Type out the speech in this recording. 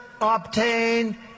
obtain